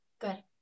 good